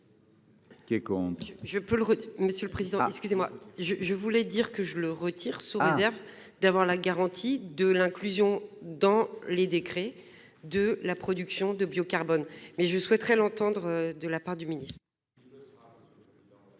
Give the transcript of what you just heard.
monsieur le président. Excusez-moi je, je voulais dire que je le retire s'désir d'avoir la garantie de l'inclusion dans les décrets de la production de biocarburants, mais je souhaiterais l'entendre de la part du ministre. À